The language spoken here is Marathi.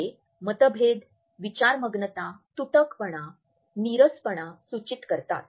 हे मतभेद विचार मग्नता तुटकपणा नीरसपणा सूचित करतात